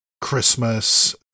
christmas